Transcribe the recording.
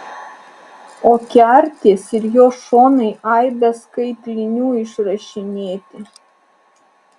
o kertės ir jo šonai aibe skaitlinių išrašinėti